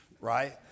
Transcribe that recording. right